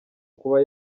kuba